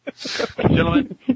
Gentlemen